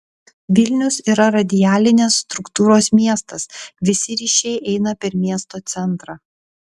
vilnius yra radialinės struktūros miestas visi ryšiai eina per miesto centrą